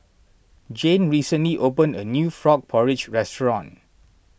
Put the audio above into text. Jane recently opened a new Frog Porridge restaurant